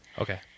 Okay